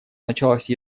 началась